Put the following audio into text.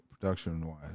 Production-wise